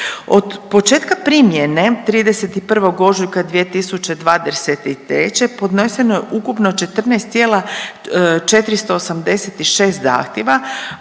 Od početka primjene, 31. ožujak 2023., podneseno je ukupno 14 486 zahtjeva,